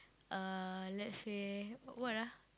uh let's say what ah